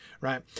right